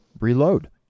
reload